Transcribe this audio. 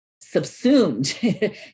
subsumed